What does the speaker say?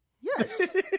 Yes